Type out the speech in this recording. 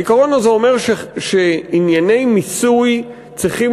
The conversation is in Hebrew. העיקרון הזה אומר שענייני מיסוי צריכים